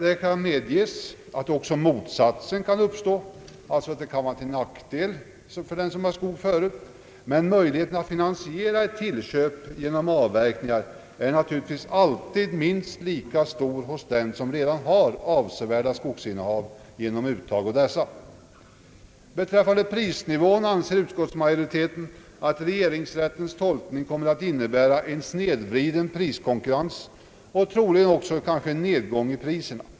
Det kan medges att också motsatsen kan inträffa alltså att det kan bli till nackdel för den som har skog förut — men möjligheten att finansiera ett tillköp genom avverkningar är naturligtvis alltid minst lika stor hos den som redan har avsevärda skogsinnehav, eftersom denne kan göra uttag på dessa. Beträffande prisnivån anser utskottsmajoriteten att regeringsrättens tolkning kommer att innebära en snedvriden priskonkurrens och troligen även en nedgång i priserna.